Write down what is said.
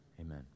Amen